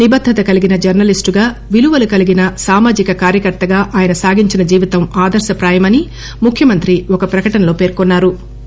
నిబర్దత కలిగిన జర్స లీస్టుగా విలువలు కలిగిన సామాజిక కార్యకర్తగా ఆయన సాగించిన జీవితం ఆదర్సప్రాయమని ముఖ్యమంత్రి ఒక ప్రకటనలో పేర్కొన్నా రు